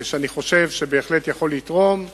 שאני חושב שיכול לתרום לו.